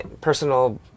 Personal